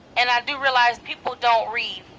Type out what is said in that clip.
and i do realize people don't read.